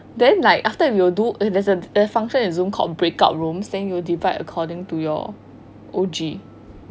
then like after it we will do there's a their function in zoom is called breakout room saying you will divide according to your O_G